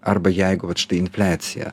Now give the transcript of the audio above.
arba jeigu vat štai infliacija